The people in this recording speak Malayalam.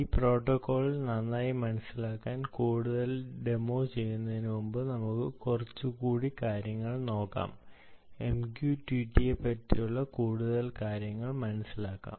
ഈ പ്രോട്ടോക്കോൾ നന്നായി മനസിലാക്കാൻ കൂടുതൽ ഡെമോ ചെയ്യുന്നതിനുമുമ്പ് നമുക്ക് MQTT യെക്കുറിച്ച് കൂടുതൽ കാര്യങ്ങൾ മനസിലാക്കാം